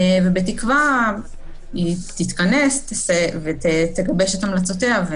בתקווה שהיא תתכנס ותגבש את המלצותיה,